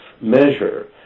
measure